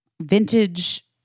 vintage